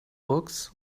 books